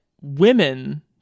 women